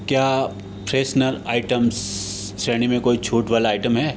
क्या freshener items श्रेणी में कोई छूट वाला आइटम है